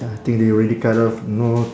ya think they already cut off know